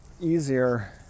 easier